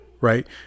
right